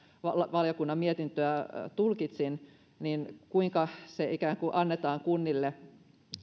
valiokunnan mietintöä tulkitsin kuinka se annetaan kunnille